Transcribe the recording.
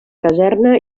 caserna